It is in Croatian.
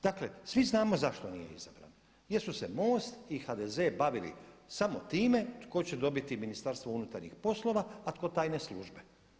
Dakle svi znamo zašto nije izabran jer su se MOST i HDZ bavili samo time tko će dobiti Ministarstvo unutarnjih poslova a tko tajne službe.